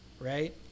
right